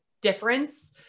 difference